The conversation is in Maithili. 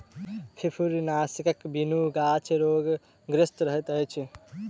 फुफरीनाशकक बिनु गाछ रोगग्रसित रहैत अछि